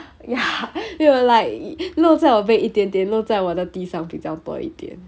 ya it will like 漏在我 bed 一点点漏在我的地上比较多一点